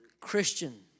Christian